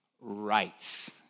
rights